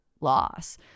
loss